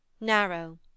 narrow